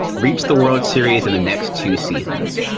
reach the world series in the next two seasons.